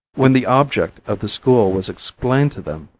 when the object of the school was explained to them,